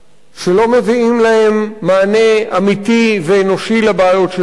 שלא מביאים להם מענה אמיתי ואנושי לבעיות שלהם,